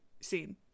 seen